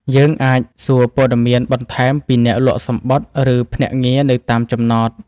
យើងអាចសួរព័ត៌មានបន្ថែមពីអ្នកលក់សំបុត្រ ឬភ្នាក់ងារនៅតាមចំណត។